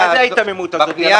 מה זה ההיתממות הזאת?